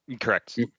Correct